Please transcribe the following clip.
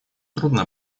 трудно